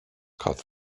caught